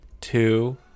two